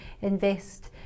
invest